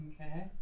Okay